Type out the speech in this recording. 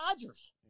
Dodgers